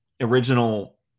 original –